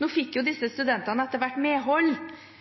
Nå fikk disse studentene etter hvert medhold